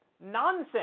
nonsense